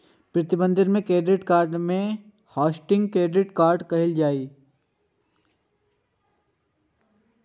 प्रतिबंधित debit card कें hotlist debit card कहल जाइ छै